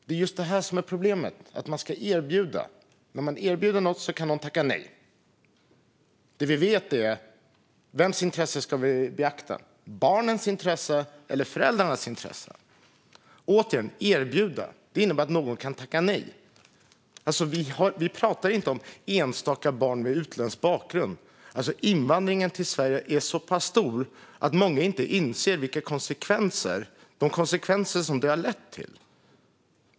Det är just detta som är problemet: Man ska erbjuda. När man erbjuder något kan någon tacka nej. Vems intresse ska vi beakta - barnens intresse eller föräldrarnas intresse? Återigen: Erbjuda innebär att någon kan tacka nej. Vi pratar inte om enstaka barn med utländsk bakgrund. Invandringen till Sverige är så pass stor att många inte inser vilka konsekvenser den har lett till.